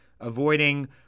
avoiding